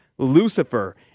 Lucifer